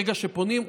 ברגע שפונים,